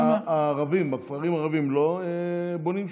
הערבים בכפרים הערביים לא בונים שם?